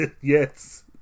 Yes